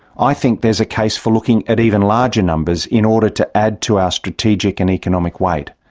i think there is a case for looking at even larger numbers, in order to add to our strategic and economic weight.